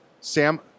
Sam